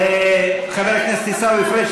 חבר הכנסת עיסאווי פריג',